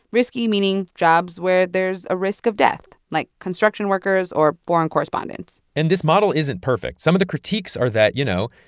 risky meaning jobs where there's a risk of death, like construction workers or foreign correspondents and this model isn't perfect. some of the critiques are that, you know,